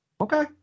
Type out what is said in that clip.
Okay